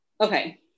okay